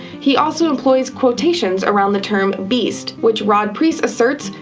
he also employs quotations around the term beast, which rod preece asserts,